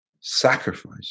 sacrifice